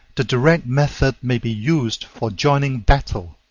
the direct method may be used for joining battle,